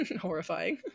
horrifying